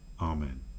amen